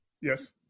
yes